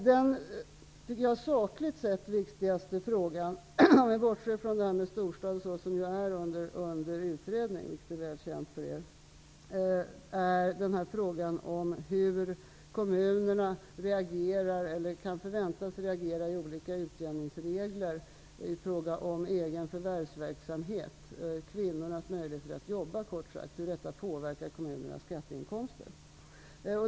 Den sakligt sett viktigaste frågan -- om vi bortser från frågan om storstadsproblematiken som ju är under utredning, vilket är väl känt för er -- är hur kommunerna kan förväntas reagera vid olika utjämningsregler i fråga om egen förvärvsverksamhet. Kort sagt gäller det kvinnornas förmåga att jobba och hur det påverkar kommunernas skatteinkomster.